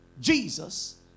Jesus